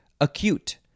acute